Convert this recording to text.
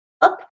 up